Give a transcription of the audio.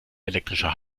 elektrischer